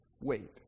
wait